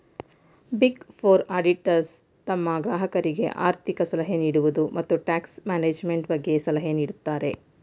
big four auditors ತಮ್ಮ ಗ್ರಾಹಕರಿಗೆ ಆರ್ಥಿಕ ಸಲಹೆ ನೀಡುವುದು, ಮತ್ತು ಟ್ಯಾಕ್ಸ್ ಮ್ಯಾನೇಜ್ಮೆಂಟ್ ಬಗ್ಗೆ ಸಲಹೆ ನೀಡುತ್ತಾರೆ